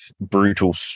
brutal